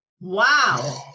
Wow